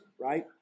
Right